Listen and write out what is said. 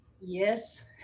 Yes